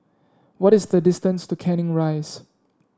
what is the distance to Canning Rise